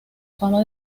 fama